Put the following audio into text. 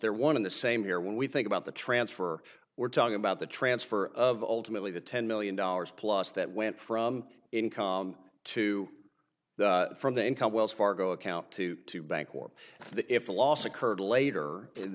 there one in the same year when we think about the transfer we're talking about the transfer of alternately the ten million dollars plus that went from income to from the income wells fargo account to to bank or that if the loss occurred later